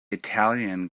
italian